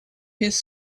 his